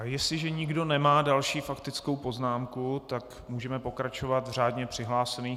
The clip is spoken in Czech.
Jestliže nikdo nemá další faktickou poznámku, tak můžeme pokračovat v řádně přihlášených.